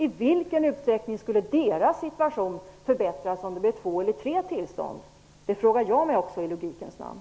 I vilken utsträckning skulle deras situation förbättras om det blir två eller tre tillstånd? Det frågar jag mig i logikens namn.